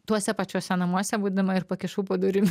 tuose pačiuose namuose būdama ir pakišau po durim